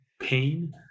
pain